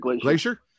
Glacier